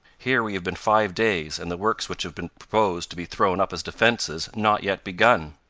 here we have been five days, and the works which have been proposed to be thrown up as defenses, not yet begun.